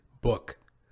book